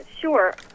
Sure